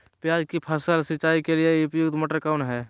प्याज की फसल सिंचाई के लिए उपयुक्त मोटर कौन है?